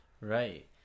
Right